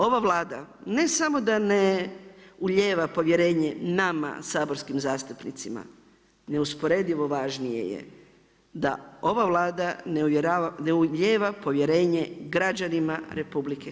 Ova Vlada ne samo da ne ulijeva povjerenje nama saborskim zastupnicima, neusporedivo važnije je da ova Vlada ne ulijeva povjerenje građanima RH.